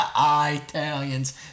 Italians